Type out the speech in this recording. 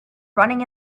running